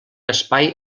espai